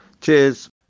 Cheers